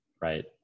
Right